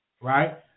Right